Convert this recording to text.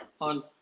on